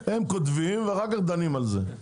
הם כותבים ואחר כך דנים על זה.